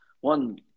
one